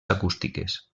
acústiques